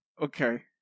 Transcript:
Okay